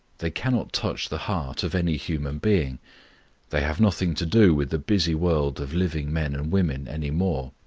they cannot touch the heart of any human being they have nothing to do with the busy world of living men and women any more.